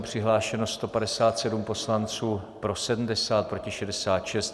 Přihlášeno 157 poslanců, pro 70, proti 66.